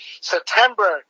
September